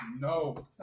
No